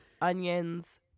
onions